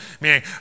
Meaning